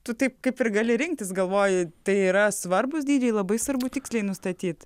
tu taip kaip ir gali rinktis galvoji tai yra svarbūs dydžiai labai svarbu tiksliai nustatyt